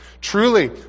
Truly